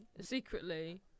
secretly